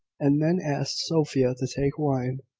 and then asked sophia to take wine.